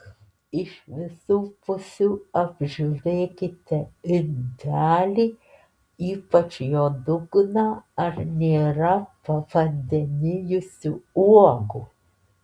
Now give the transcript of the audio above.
iš visų pusių apžiūrėkite indelį ypač jo dugną ar nėra pavandenijusių uogų